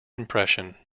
impression